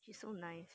she so nice